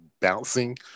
bouncing